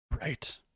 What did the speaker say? right